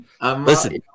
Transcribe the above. listen